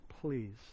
please